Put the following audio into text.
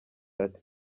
ati